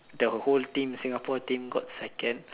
the whole team Singapore team got second